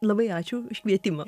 labai ačiū už kvietimą